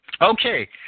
Okay